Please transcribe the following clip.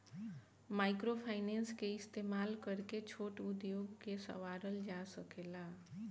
microfinance के इस्तमाल करके छोट उद्योग के सवारल जा सकेला